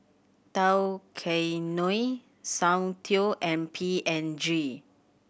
Tao Kae Noi Soundteoh and P and G